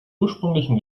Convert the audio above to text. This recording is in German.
ursprünglichen